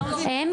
אין?